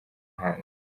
hanze